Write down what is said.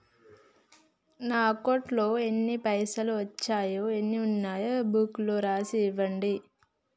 నా అకౌంట్లో ఎన్ని పైసలు వచ్చినాయో ఎన్ని ఉన్నాయో బుక్ లో రాసి ఇవ్వండి?